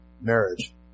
marriage